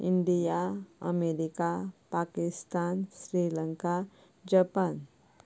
India America Pakistan Sri Lanka Japan